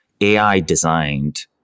AI-designed